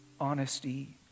Honesty